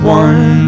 one